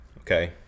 Okay